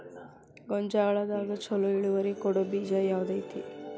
ಗೊಂಜಾಳದಾಗ ಛಲೋ ಇಳುವರಿ ಕೊಡೊ ಬೇಜ ಯಾವ್ದ್ ಐತಿ?